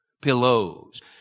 pillows